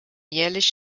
jährlich